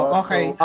okay